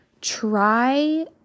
try